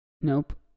nope